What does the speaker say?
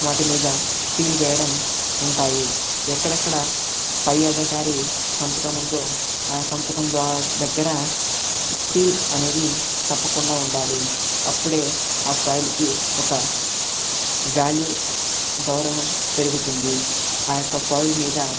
వాటిమీద seal వేయడం ఉంటాయి ఎక్కడెక్కడ పై అధికారి సంతకం ఉందో ఆ సంతకం ద్వా దగ్గర సీల్ అనేది తప్పకుండా ఉండాలి అప్పుడే ఆ ఫైల్ కి ఒక వ్యాల్యూ గౌరవం పెరుగుతుంది ఆ యొక్క ఫైల్ మీద